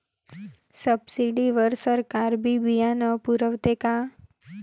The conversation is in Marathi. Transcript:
सब्सिडी वर सरकार बी बियानं पुरवते का?